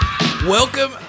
Welcome